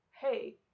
hey